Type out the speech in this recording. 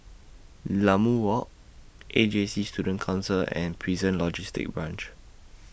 Walk A J C Student Concert and Prison Logistic Branch